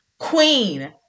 queen